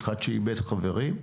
כאחד שאיבד חברים,